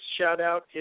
shout-out